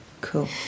cool